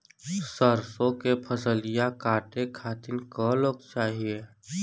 सरसो के फसलिया कांटे खातिन क लोग चाहिए?